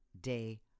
day